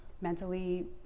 mentally